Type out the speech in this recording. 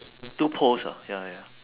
two poles ah ya ya ya